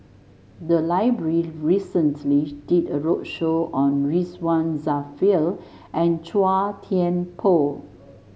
the library recently did a roadshow on Ridzwan Dzafir and Chua Thian Poh